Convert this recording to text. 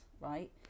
right